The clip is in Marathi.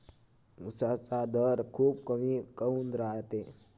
उसाचा दर खूप कमी काऊन रायते?